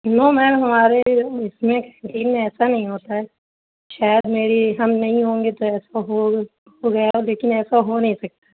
نو ma'am ہمارے اس میں کینٹین میں ایسا نہیں ہوتا ہے شاید میری ہم نہیں ہوں گے تو ایسا ہو ہو گیا ہو لیکن ایسا ہو نہیں سکتا